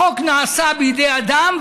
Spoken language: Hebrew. החוק נעשה בידי אדם,